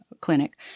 clinic